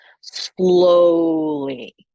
slowly